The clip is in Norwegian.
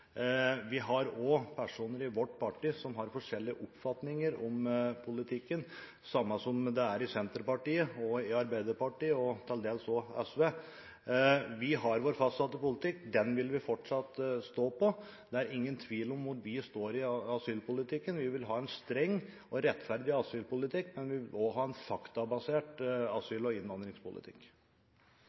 Vi har også personer i vårt parti som har forskjellige oppfatninger om politikken, på samme måte som det er i Senterpartiet, i Arbeiderpartiet og til dels også i SV. Vi har vår fastlagte politikk. Den vil vi fortsatt stå på. Det er ingen tvil om hvor vi står i asylpolitikken. Vi vil ha en streng og rettferdig asylpolitikk, men vi vil også ha en faktabasert asyl- og innvandringspolitikk.